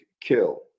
kill